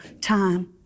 time